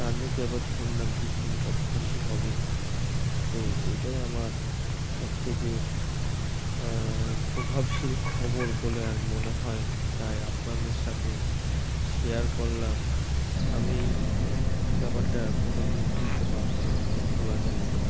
তার নাকি আবার শুনলাম কিছুদিন পর ফাঁসি হবে তো এটাই আমার সব থেকে প্রভাবশীল খবর বলে আর মনে হয় তাই আপনাদের সাথে শেয়ার করলাম আমি এই ব্যাপারটা কোনো দিনই ভুলতে পারবো না বা ভোলা যায়নি